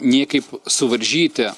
niekaip suvaržyti